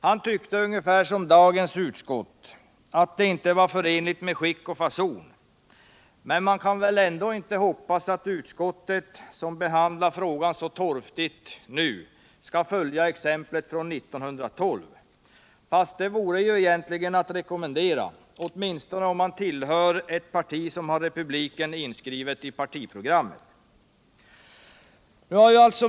Han tyckte ungefär som dagens utskott att förslaget inte var förenligt med skick och fason, men man kan väl ändå inte hoppas att utskottet, trots att det behandlat frågan så torftigt som nu skett, skall följa exemplet från 1912. Fast det vore egentligen att rekommendera, åtminstone för de utskottsledamöter som tillhör ett parti som har kravet på republik inskrivet i partiprogrammet.